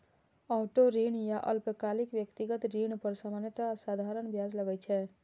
auto ऋण या अल्पकालिक व्यक्तिगत ऋण पर सामान्यतः साधारण ब्याज लागै छै